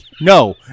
No